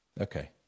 Okay